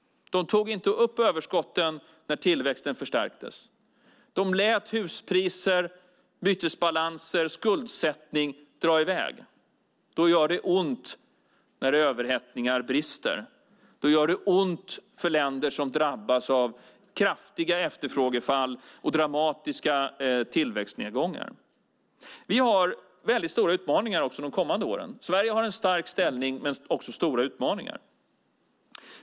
De tog inte upp överskotten när tillväxten förstärktes. De lät huspriser, bytesbalanser och skuldsättning dra i väg. Då gör det ont när överhettningar brister. Då gör det ont för länder som drabbas av kraftiga efterfrågefall och dramatiska tillväxtnedgångar. Vi har väldigt stora utmaningar också de kommande åren. Sverige har en stark ställning men också stora utmaningar.